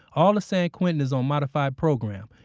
all of san quintin is on modified program,